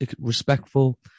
respectful